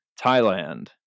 Thailand